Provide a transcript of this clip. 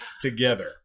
together